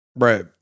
Right